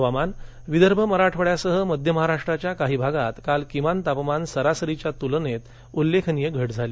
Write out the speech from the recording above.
हवामान हवामान विदर्भ मराठवाड्यासह मध्य महाराष्ट्राच्या काही भागात काल किमान तापमानात सरासरीच्या तुलनेत उल्लेखनीय घट झाली